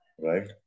right